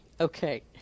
Okay